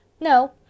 No